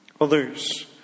Others